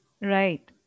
right